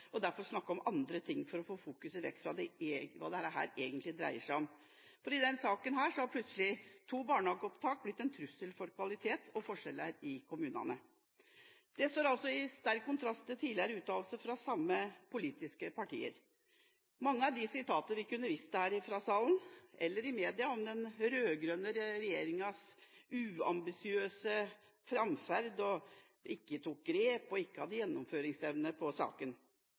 og derfor snakker om andre ting for å få oppmerksomheten vekk fra det dette egentlig dreier seg om. I denne saken er plutselig to barnehageopptak blitt en trussel mot kvalitet og en trussel om forskjeller i kommunene. Det står i sterk kontrast til tidligere uttalelser fra de samme politiske partiene. Mange er de sitatene vi kunne vist til fra salen eller fra media om den rød-grønne regjeringas uambisiøse framferd – at de ikke tok grep og ikke hadde gjennomføringsevne i saken.